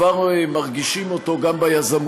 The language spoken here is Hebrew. כבר מרגישים אותו גם ביזמויות.